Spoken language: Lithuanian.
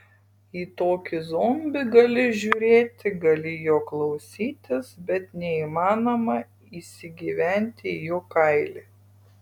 į tokį zombį gali žiūrėti gali jo klausytis bet neįmanoma įsigyventi į jo kailį